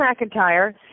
McIntyre